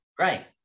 Right